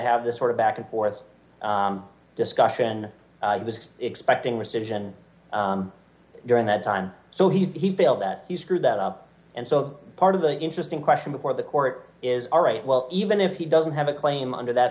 have the sort of back and forth discussion he was expecting rescission during that time so he felt that he screwed that up and so part of the interesting question before the court is all right well even if he doesn't have a claim under that